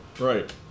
Right